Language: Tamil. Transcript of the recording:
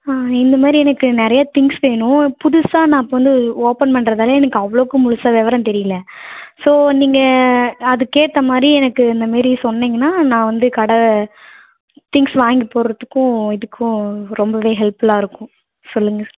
இந்த மாரி எனக்கு நிறைய திங்ஸ் வேணும் புதுசாக நான் இப்போ வந்து ஓபன் பண்ணுறதுதால எனக்கு அவ்வளோக்கு முழுசாக விவோரோம் தெரியல ஸோ நீங்க அதுக்கேற்ற மாதிரி எனக்கு இந்த மாதிரி சொன்னிங்கனா நான் வந்து கடை திங்ஸ் வாங்கி போடுறதுக்கும் இதுக்கும் ரொம்பவே ஹெல்ப்ஃபுல்லாக இருக்கும் சொல்லுங்க